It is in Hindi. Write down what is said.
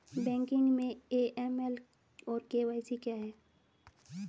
बैंकिंग में ए.एम.एल और के.वाई.सी क्या हैं?